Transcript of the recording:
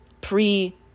pre